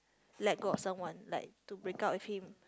let go of someone like to break up with him